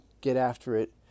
get-after-it